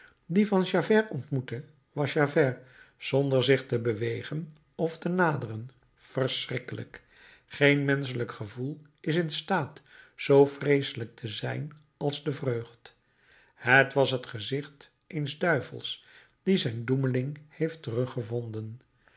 dien van javert ontmoette was javert zonder zich te bewegen of te naderen verschrikkelijk geen menschelijk gevoel is in staat zoo vreeselijk te zijn als de vreugd het was het gezicht eens duivels die zijn doemeling heeft teruggevonden